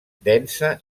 densa